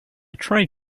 tried